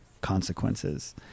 consequences